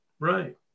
Right